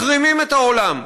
מחרימים את העולם,